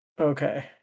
Okay